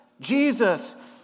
Jesus